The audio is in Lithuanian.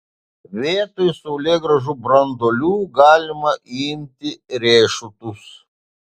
vietoj saulėgrąžų branduolių galima imti riešutus